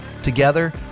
together